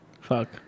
Fuck